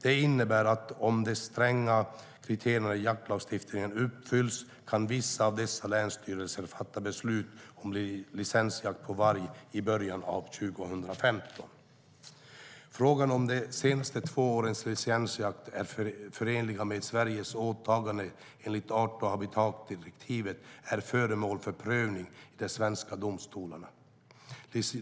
Det innebär att om de stränga kriterierna i jaktlagstiftningen uppfylls kan vissa av dessa länsstyrelser fatta beslut om licensjakt på varg i början av 2015.Frågan om de senaste två årens licensjakter är förenliga med Sveriges åtaganden enligt art och habitatdirektivet är föremål för prövning i de svenska domstolarna.